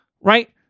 right